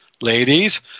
ladies